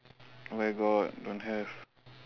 where got don't have